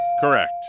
Correct